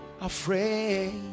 afraid